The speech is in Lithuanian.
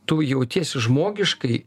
tu jautiesi žmogiškai